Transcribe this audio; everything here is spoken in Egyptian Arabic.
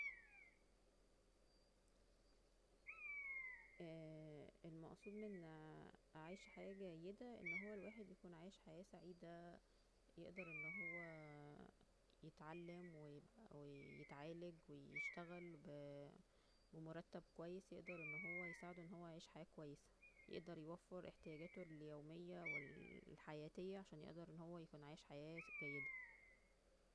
ا المقصود من اعيش حياة جيدة أن هو الواحد يكون عايش حياة سعيدة يقدر أن هو يتعلم ويتعالج ويشتغل ب بمرتب كويس يقدر أن هو يساعده أن هو يعيش حياة كويسة يوفر احتياجاته اليومية والحياتية عشان يقدر أن هو يكون عايش حياة جيدة